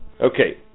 Okay